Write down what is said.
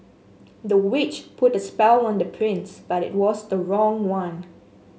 the witch put a spell on the prince but it was the wrong one